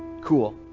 Cool